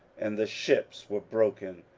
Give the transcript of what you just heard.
and the ships were broken,